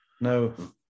No